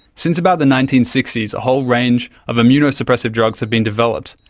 since about the nineteen sixty s a whole range of immunosuppressant drugs have been developed,